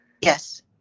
yes